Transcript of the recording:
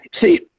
see